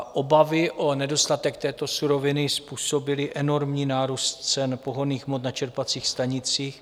Obavy o nedostatek této suroviny způsobily enormní nárůst cen pohonných hmot na čerpacích stanicích.